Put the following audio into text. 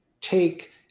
take